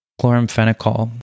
Chloramphenicol